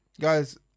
guys